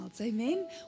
amen